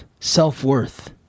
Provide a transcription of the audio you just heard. self-worth